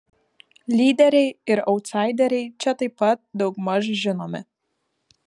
lyderiai ir autsaideriai čia taip pat daugmaž žinomi